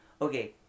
okay